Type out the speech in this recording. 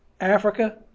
Africa